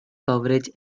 coverage